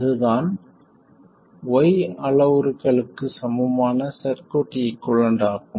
அதுதான் y அளவுருக்களுக்குச் சமமான சர்க்யூட் ஈகுவலன்ட் ஆகும்